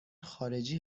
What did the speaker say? خارجی